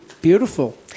beautiful